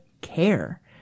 care